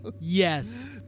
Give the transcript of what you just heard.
Yes